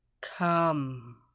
Come